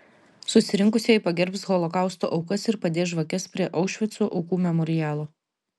susirinkusieji pagerbs holokausto aukas ir padės žvakes prie aušvico aukų memorialo